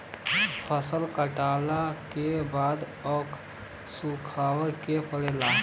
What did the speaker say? फसल कटला के बाद ओके सुखावे के पड़ेला